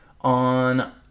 on